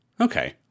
Okay